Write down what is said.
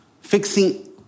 fixing